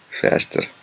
faster